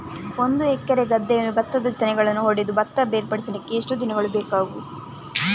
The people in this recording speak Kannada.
ಒಂದು ಎಕರೆ ಗದ್ದೆಯ ಭತ್ತದ ತೆನೆಗಳನ್ನು ಹೊಡೆದು ಭತ್ತ ಬೇರ್ಪಡಿಸಲಿಕ್ಕೆ ಎಷ್ಟು ದಿನಗಳು ಬೇಕು?